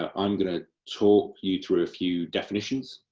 ah i'm going to talk you through a few definitions,